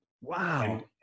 Wow